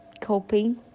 coping